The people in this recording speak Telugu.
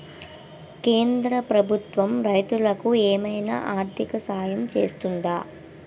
కేంద్ర ప్రభుత్వం రైతులకు ఏమైనా ఆర్థిక సాయం చేస్తుందా?